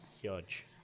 huge